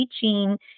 teaching